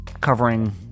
covering